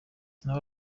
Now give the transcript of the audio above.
nawe